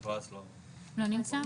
לא נמצא;